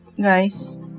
Guys